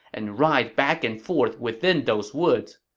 and ride back and forth within those woods.